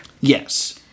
Yes